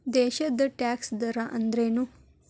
ದೇಶದ್ ಟ್ಯಾಕ್ಸ್ ದರ ಅಂದ್ರೇನು?